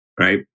Right